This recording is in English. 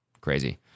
Crazy